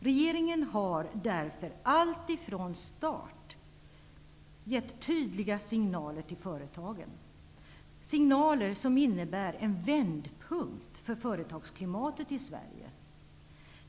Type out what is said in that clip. Regeringen har därför alltifrån starten gett tydliga signaler till företagen, signaler som innebär en vändpunkt för företagsklimatet i Sverige.